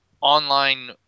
online